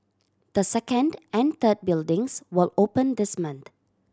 the second and third buildings will open this month